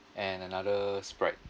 and another sprite